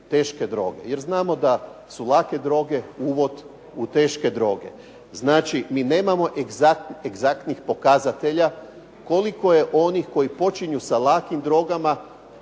teške droge. Jer znamo da su lake droge uvod u teške droge. Znači mi nemamo egzaktnih pokazatelja koliko je onih koji počinju sa lakim drogama,